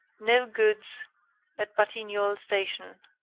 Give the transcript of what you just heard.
no goods at batignolles station.